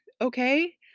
Okay